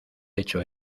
hecho